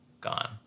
gone